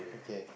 okay